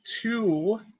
two